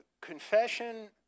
confession